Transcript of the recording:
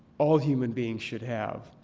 all human beings should have.